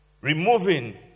removing